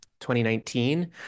2019